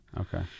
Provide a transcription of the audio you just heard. Okay